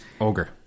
Ogre